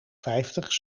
vijftig